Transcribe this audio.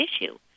issue